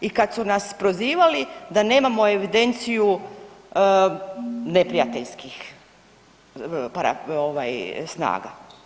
I kad su nas prozivali da nemamo evidenciju neprijateljskih parasnaga.